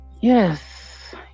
Yes